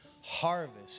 Harvest